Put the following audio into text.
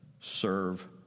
Serve